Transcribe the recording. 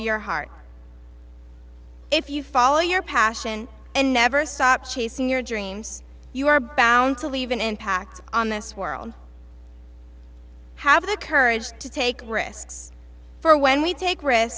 your heart if you follow your passion and never stop chasing your dreams you are bound to leave an impact on this world have the courage to take risks for when we take risk